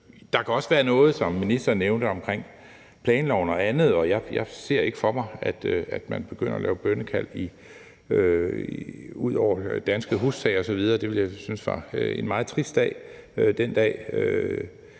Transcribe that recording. Der kan også være noget, som ministeren nævnte, omkring planloven og andet, og jeg ser ikke for mig, at man begynder at lave bønnekald ud over danske hustage osv. Det ville jeg synes var en meget trist dag, hvor